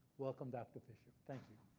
welcome dr fisher, thank you.